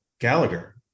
Gallagher